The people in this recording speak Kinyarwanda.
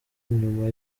inyuma